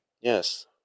yes